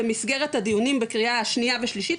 במסגרת הדיון בקריאה שנייה ושלישית,